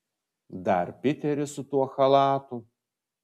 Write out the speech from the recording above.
dar piteris su tuo chalatu